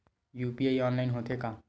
UPI online होथे का?